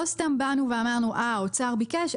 לא סתם באנו ואמרנו שאם האוצר ביקש,